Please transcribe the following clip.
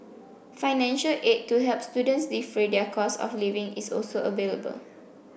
financial aid to help students defray their costs of living is also available